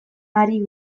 ari